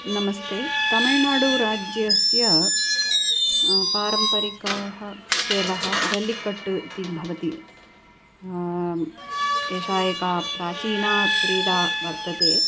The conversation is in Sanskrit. नमस्ते तमिळ्नाडुराज्यस्य पारम्परिकः खेलः जल्लिकट्टु इति भवति एषा एका प्राचीना क्रीडा वर्तते